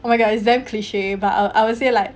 oh my god is damn cliche but I I will say like